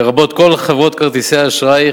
לרבות כל חברות כרטיסי האשראי,